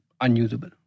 unusable